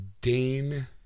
Dane